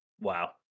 Wow